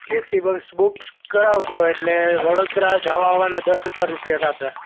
એસી bus બુકસ કરાવશો એટલે વડોદરા જવા આવવાના દસ હજાર રૂપિયા થશે